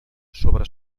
sobre